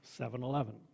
7-Eleven